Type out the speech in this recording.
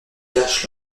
cache